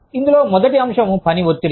ఇందులో మొదటి అంశం పని ఒత్తిడి